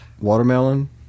watermelon